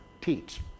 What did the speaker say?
teach